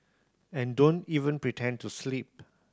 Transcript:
and don't even pretend to sleep